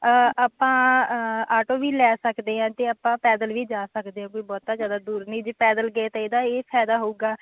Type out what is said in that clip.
ਆਪਾਂ ਆਟੋ ਵੀ ਲੈ ਸਕਦੇ ਹਾਂ ਅਤੇ ਆਪਾਂ ਪੈਦਲ ਵੀ ਜਾ ਸਕਦੇ ਆ ਕੋਈ ਬਹੁਤਾ ਜ਼ਿਆਦਾ ਦੂਰ ਨਹੀਂ ਜੇ ਪੈਦਲ ਗਏ ਤਾਂ ਇਹਦਾ ਇਹ ਫ਼ਾਇਦਾ ਹੋਊਗਾ